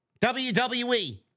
WWE